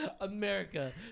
America